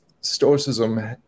Stoicism